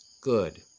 Good